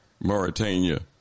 Mauritania